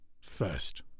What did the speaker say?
first